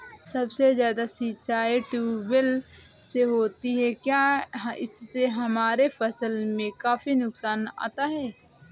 सबसे ज्यादा सिंचाई ट्यूबवेल से होती है क्या इससे हमारे फसल में काफी नुकसान आता है?